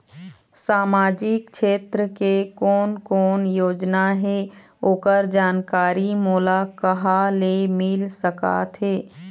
सामाजिक क्षेत्र के कोन कोन योजना हे ओकर जानकारी मोला कहा ले मिल सका थे?